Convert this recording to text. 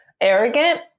arrogant